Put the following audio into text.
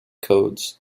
codes